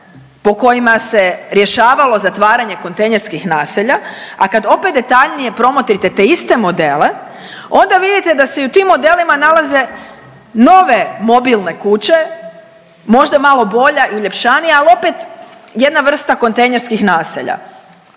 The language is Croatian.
po kojima se rješavalo zatvaranje kontejnerskih naselja, a kad opet detaljnije promotrite te iste modele onda vidite da se i u tim modelima nalaze nove mobilne kuće, možda malo bolja i uljepšanija, al opet jedna vrsta kontejnerskih naselja.